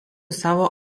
savo